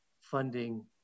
funding